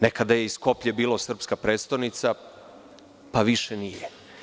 Nekada je i Skoplje bilo srpska prestonica, pa više nije.